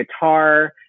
guitar